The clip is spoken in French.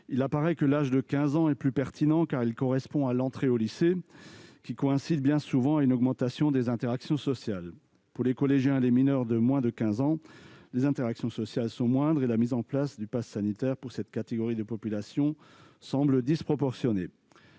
Il apparaît que l'âge de 15 ans est plus pertinent, car il correspond à l'entrée au lycée, qui coïncide bien souvent avec une augmentation des interactions sociales. Pour les collégiens, et plus généralement pour les mineurs de moins de 15 ans, les interactions sociales sont moindres et la mise en place du passe sanitaire pour cette catégorie de population semble disproportionnée.